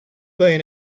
been